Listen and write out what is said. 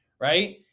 right